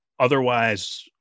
otherwise